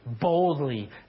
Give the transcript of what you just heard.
boldly